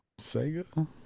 Sega